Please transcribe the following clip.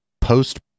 post